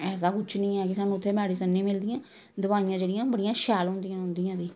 ऐसा कुछ निं ऐ कि सानूं उ'त्थें मेडिसिन निं मिलदियां दवाइयां जेह्ड़ियां बड़ियां शैल होंदियां न उं'दियां बी